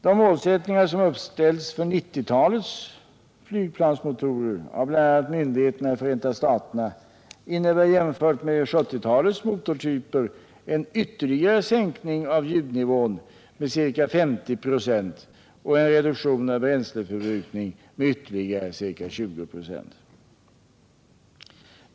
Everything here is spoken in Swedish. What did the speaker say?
De målsättningar som uppställts för 1990-talets flygplansmotorer av bl.a. myndigheterna i Förenta staterna innebär jämfört med 1970-talets motortyper en ytterligare sänkning av ljudnivån med ca 50 96 och en reduktion av bränsleförbrukningen med ytterligare ca 20 96.